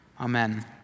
Amen